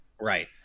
right